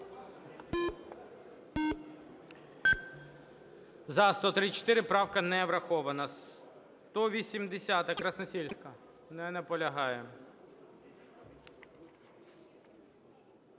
За-134 Правка не врахована. 180-а, Красносільська. Не наполягає.